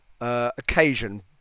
occasion